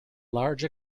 large